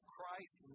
Christ